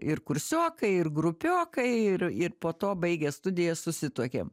ir kursiokai ir grupiokai ir ir po to baigę studijas susituokėm